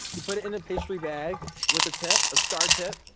you put it in a pastry bag with a tip, a star tip.